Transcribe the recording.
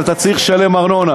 אבל אתה צריך לשלם ארנונה.